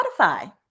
Spotify